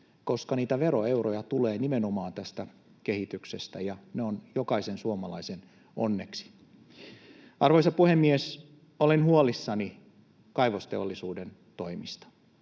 koska niitä veroeuroja tulee nimenomaan tästä kehityksestä ja ne ovat jokaisen suomalaisen onneksi. Arvoisa puhemies! Olen huolissani kaivosteollisuuden toimista.